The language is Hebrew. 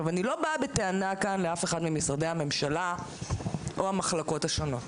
אני לא באה בטענה כאן לאף אחד ממשרדי הממשלה או המחלקות השונות.